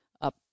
up